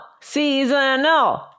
seasonal